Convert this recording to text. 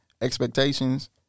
expectations